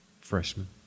freshman